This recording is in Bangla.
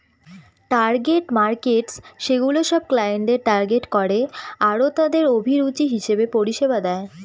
টার্গেট মার্কেটস সেগুলা সব ক্লায়েন্টদের টার্গেট করে আরতাদের অভিরুচি হিসেবে পরিষেবা দেয়